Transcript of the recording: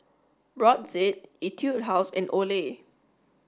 Brotzeit Etude House and Olay